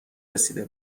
رسیده